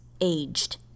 aged